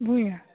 Bhuyan